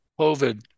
COVID